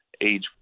age